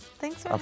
Thanks